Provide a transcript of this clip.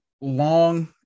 long